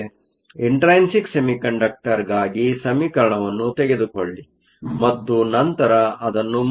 intrinsic ಸೆಮಿಕಂಡಕ್ಟರ್ಗಾಗಿ ಸಮೀಕರಣವನ್ನು ತೆಗೆದುಕೊಳ್ಳಿ ಮತ್ತು ನಂತರ ಅದನ್ನು ಮಾರ್ಪಡಿಸಿ